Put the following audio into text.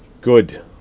good